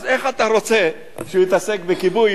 אז איך אתה רוצה שהוא יתעסק בכיבוי,